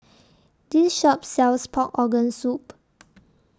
This Shop sells Pork Organ Soup